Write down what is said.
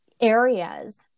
areas